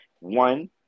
One